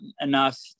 enough